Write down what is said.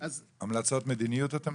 להמלצות מדיניות?